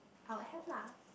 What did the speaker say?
I would have lah